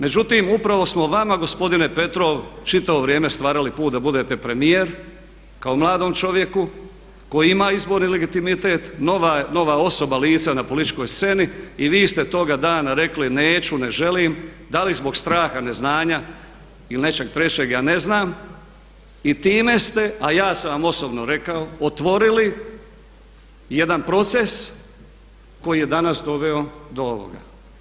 Međutim, upravo smo vama gospodine Petrov čitavo vrijeme stvarali put da budete premijer, kao mladom čovjeku koji ima izbor i legitimitet, nova je osoba, lice na političkoj sceni i vi ste toga dana rekli neću, ne želim da li zbog straha, neznanja ili nečeg trećeg ja ne znam i time ste, a ja sam vam osobno rekao, otvorili jedan proces koji je danas doveo do ovoga.